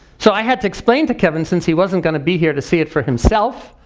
so i had to explain to kevin, since he wasn't gonna be here to see it for himself,